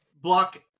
block